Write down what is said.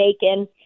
bacon